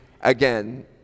again